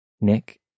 Nick